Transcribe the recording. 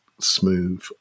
smooth